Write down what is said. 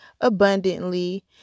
abundantly